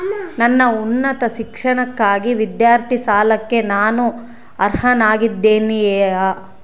ನನ್ನ ಉನ್ನತ ಶಿಕ್ಷಣಕ್ಕಾಗಿ ವಿದ್ಯಾರ್ಥಿ ಸಾಲಕ್ಕೆ ನಾನು ಅರ್ಹನಾಗಿದ್ದೇನೆಯೇ?